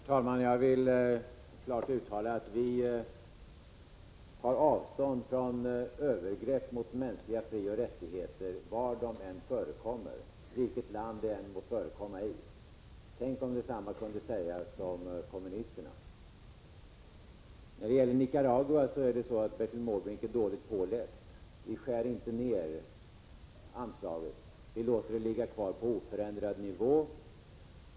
Herr talman! Jag vill klart uttala att vi tar avstånd från övergrepp mot mänskliga frioch rättigheter vilket land de än må förekomma i. Tänk, om detsamma kunde sägas om kommunisterna! När det gäller Nicaragua är Bertil Måbrink dåligt påläst. Vi skär inte ner anslaget, vi låter det ligga kvar på oförändrad nivå.